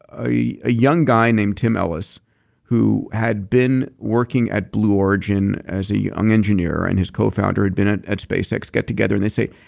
a a young guy named tim ellis who had been working at blue origin as a young engineer and his co-founder had been at at spacex get together and they say,